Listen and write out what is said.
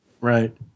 Right